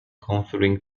conferring